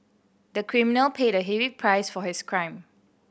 the criminal paid a heavy price for his crime